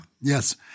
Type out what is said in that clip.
Yes